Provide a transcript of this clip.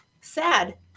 sad